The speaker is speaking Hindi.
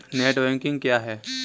नेट बैंकिंग क्या है?